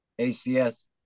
ACS